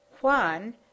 Juan